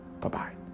bye-bye